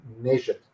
measured